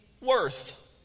worth